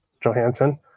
Johansson